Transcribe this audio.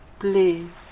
Blue